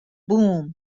بوووم